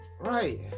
Right